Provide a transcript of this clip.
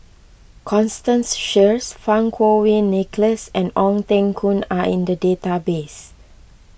Constance Sheares Fang Kuo Wei Nicholas and Ong Teng Koon are in the database